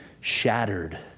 shattered